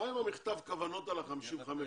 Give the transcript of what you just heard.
מה עם מכתב הכוונות על ה-55,000?